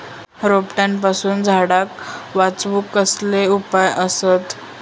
रोट्यापासून झाडाक वाचौक कसले उपाय आसत?